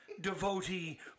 devotee